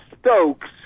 Stokes